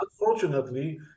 unfortunately